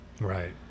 Right